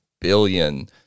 billion